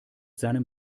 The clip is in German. seinem